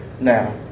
now